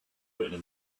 written